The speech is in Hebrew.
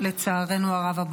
לצערנו הרב.